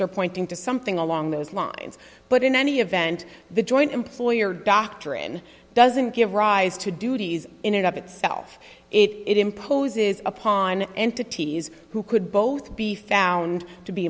are pointing to something along those lines but in any event the joint employer doctrine doesn't give rise to duties in it up itself it imposes upon entities who could both be found to be